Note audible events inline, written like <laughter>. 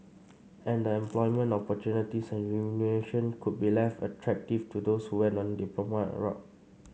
and the employment opportunities and remuneration could be less attractive to those who went on a diploma <unintelligible> route